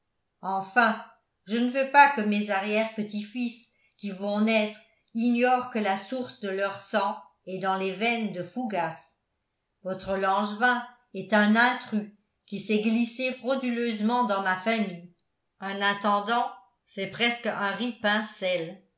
enfin je ne veux pas que mes arrière petits fils qui vont naître ignorent que la source de leur sang est dans les veines de fougas votre langevin est un intrus qui s'est glissé frauduleusement dans ma famille un intendant c'est presque un rizpainsel